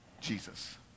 Jesus